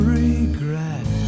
regret